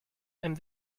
and